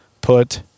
put